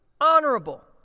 honorable